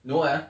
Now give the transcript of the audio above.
no eh